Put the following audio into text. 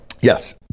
Yes